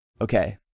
okay